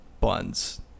buns